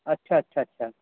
अच्छा अच्छा अच्छा